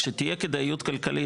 כשתהיה כדאיות כלכלית,